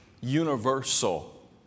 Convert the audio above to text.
universal